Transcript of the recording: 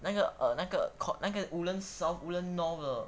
那个 err 那个 called 那个 woodlands south woodlands north